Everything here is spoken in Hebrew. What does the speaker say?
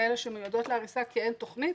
כאלה שמיועדות להריסה כי אין תוכנית,